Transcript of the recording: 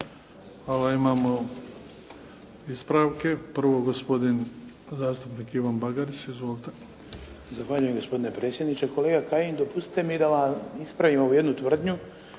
Hvala. Imamo ispravke. Prvo gospodin zastupnik Ivan Bagarić. Izvolite.